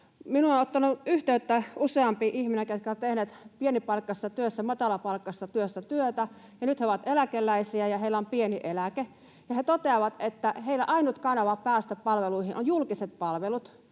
Minuun on ottanut yhteyttä useampi ihminen, ketkä ovat tehneet pienipalkkaisessa työssä, matalapalkkaisessa työssä työtä, ja nyt he ovat eläkeläisiä ja heillä on pieni eläke. He toteavat, että heillä ainut kanava päästä palveluihin on julkiset palvelut